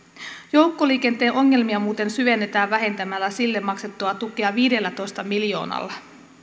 joukkoliikenteen ongelmia muuten syvennetään vähentämällä sille maksettua tukea viidellätoista miljoonalla